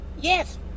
Yes